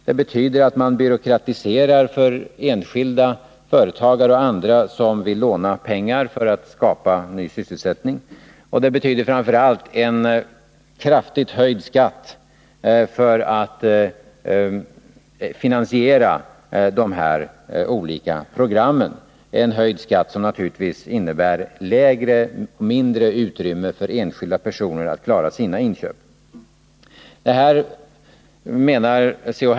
Det betyder att man byråkratiserar för enskilda, företagare och andra, som vill låna pengar för att skapa ny sysselsättning. Och det betyder framför allt en kraftigt höjd skatt för att finansiera de olika programmen, en höjd skatt som naturligtvis innebär mindre utrymme för enskilda personer att klara sina inköp. Detta menar C.-H.